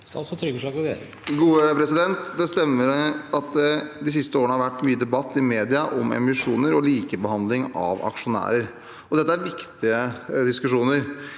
Det stemmer at det de siste årene har vært mye debatt i media om emisjoner og likebehandling av aksjonærer. Dette er viktige diskusjoner.